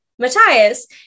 Matthias